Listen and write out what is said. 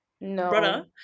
No